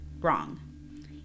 Wrong